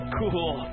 cool